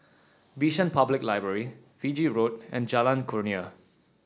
Bishan Public Library Fiji Road and Jalan Kurnia